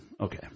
okay